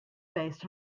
based